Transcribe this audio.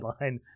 line